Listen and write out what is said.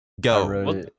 Go